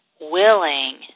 willing